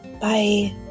Bye